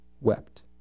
wept